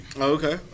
Okay